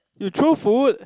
you throw food